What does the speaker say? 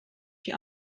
she